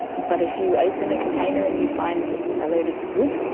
but if you open a container and you find a load of wood,